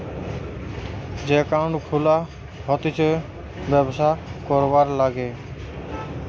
যে একাউন্ট খুলা হতিছে ব্যবসা করবার লিগে